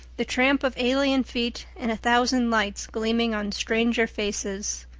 the tramp of alien feet, and a thousand lights gleaming on stranger faces.